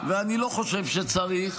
ואני לא חושב שצריך,